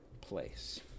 place